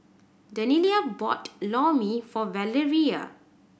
Daniella bought Lor Mee for Valeria